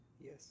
Yes